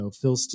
Phil